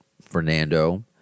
Fernando